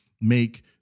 make